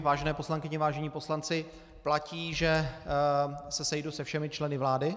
Vážené poslankyně, vážení poslanci, platí, že se sejdu se všemi členy vlády.